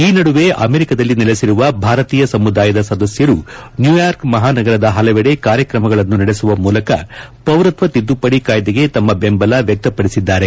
ಈ ನಡುವೆ ಅಮೆರಿಕದಲ್ಲಿ ನೆಲೆಸಿರುವ ಭಾರತೀಯ ಸಮುದಾಯದ ಸದಸ್ಯರು ನ್ಯೂಯಾರ್ಕ್ ಮಹಾನಗರದ ಹಲವೆಡೆ ಕಾರ್ಯಕ್ರಮಗಳನ್ನು ನಡೆಸುವ ಮೂಲಕ ಪೌರತ್ವ ತಿದ್ದುಪದಿ ಕಾಯ್ದೆಗೆ ತಮ್ಮ ಬೆಂಬಲ ವ್ಯಕ್ತಪದಿಸಿದ್ದಾರೆ